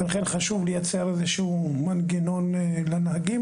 לכן חשוב לייצר איזשהו מנגנון לנהגים